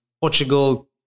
Portugal